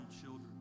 children